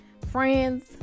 friends